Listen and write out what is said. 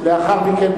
ולאחר מכן,